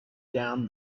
down